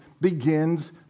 begins